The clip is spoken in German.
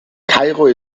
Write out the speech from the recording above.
kairo